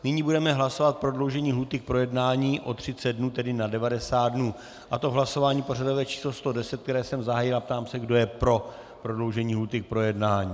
Nyní budeme hlasovat o prodloužení lhůty k projednání o 30 dnů, tedy na 90 dnů, a to v hlasování pořadové číslo 110, které jsem zahájil, a ptám se, kdo je pro prodloužení lhůty k projednání.